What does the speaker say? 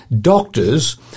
doctors